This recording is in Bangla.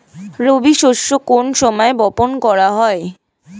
রবি শস্য কোন সময় বপন করা হয়?